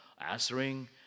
answering